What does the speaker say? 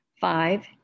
Five